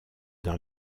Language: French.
dans